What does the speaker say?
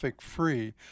free